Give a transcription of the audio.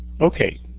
Okay